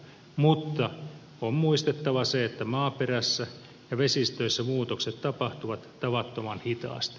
mutta on muistettava se että maaperässä ja vesistöissä muutokset tapahtuvat tavattoman hitaasti